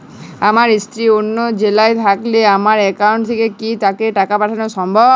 আমার স্ত্রী অন্য জেলায় থাকলে আমার অ্যাকাউন্ট থেকে কি তাকে টাকা পাঠানো সম্ভব?